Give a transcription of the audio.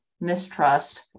mistrust